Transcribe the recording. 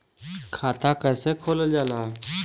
खाता कैसे खोलल जाला?